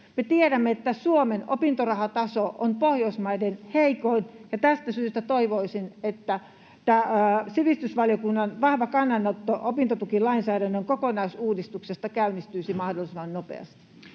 Me tiedämme, että Suomen opintorahataso on Pohjoismaiden heikoin, ja tästä syystä toivoisin, että sivistysvaliokunnan vahva kannanotto opintotukilainsäädännön kokonaisuudistuksesta toteutuisi mahdollisimman nopeasti.